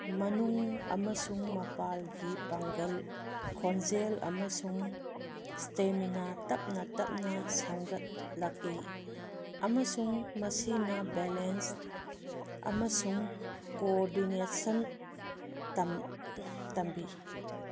ꯃꯅꯨꯡ ꯑꯃꯁꯨꯡ ꯃꯄꯥꯟꯒꯤ ꯄꯥꯡꯒꯜ ꯈꯣꯟꯖꯦꯜ ꯑꯃꯁꯨꯡ ꯏꯁꯇꯦꯃꯤꯅꯥ ꯇꯞꯅ ꯇꯞꯅ ꯁꯦꯝꯒꯠꯂꯛꯏ ꯑꯃꯁꯨꯡ ꯃꯁꯤꯅ ꯕꯦꯂꯦꯟꯁ ꯑꯃꯁꯨꯡ ꯀꯣꯔꯗꯤꯅꯦꯁꯟ ꯇꯝꯕꯤ